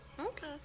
Okay